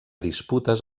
disputes